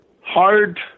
hard